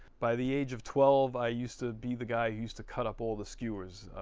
by the age of twelve i used to be the guy who used to cut up all the skewers.